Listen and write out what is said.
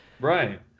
Right